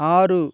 ஆறு